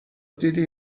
دیدی